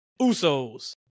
Usos